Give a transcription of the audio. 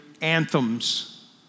anthems